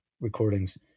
recordings